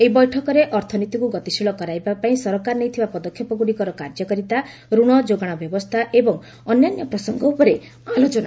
ଏହି ବୈଠକରେ ଅର୍ଥନୀତିକୁ ଗତିଶୀଳ କରାଇବାପାଇଁ ସରକାର ନେଇଥିବା ପଦକ୍ଷେପଗୁଡ଼ିକର କାର୍ଯ୍ୟକାରିତା ଋଣ ଯୋଗାଣ ବ୍ୟବସ୍ଥା ଏବଂ ଅନ୍ୟାନ୍ୟ ପ୍ରସଙ୍ଗ ଉପରେ ଆଲୋଚନା ହେବ